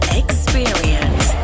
experience